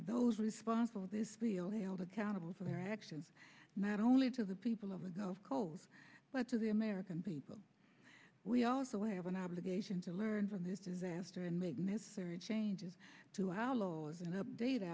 those responsible this meal held accountable for their actions not only to the people of the gulf calls but to the american people we also have an obligation to learn from this disaster and make necessary changes to our laws and update